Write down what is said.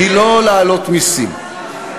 היא לא להעלות מסים.